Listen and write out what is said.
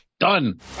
Done